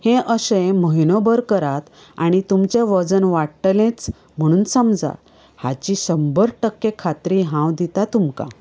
हे अशें म्हयनो भर करात आनी तुमचे वजन वाडटलेंच म्हणून समजा हाची शंबर टक्के खात्री हांव दिता तुमकां